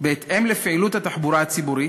בהתאם לפעילות התחבורה הציבורית,